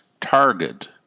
target